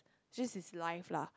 this is life lah